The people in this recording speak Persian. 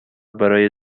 برای